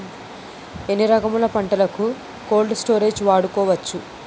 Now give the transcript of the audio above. ఎన్ని రకములు పంటలకు కోల్డ్ స్టోరేజ్ వాడుకోవచ్చు?